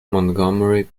montgomery